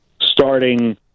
starting